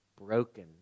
broken